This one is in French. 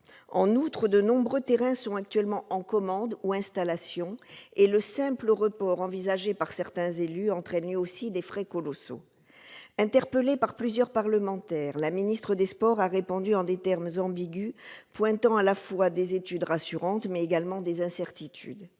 En outre, de nombreux terrains sont en commande ou en cours d'installation, et le simple report envisagé par certains élus entraîne lui aussi des frais colossaux. Interpellée par plusieurs parlementaires, Mme la ministre des sports a répondu en des termes ambigus, pointant à la fois des études rassurantes et des incertitudes,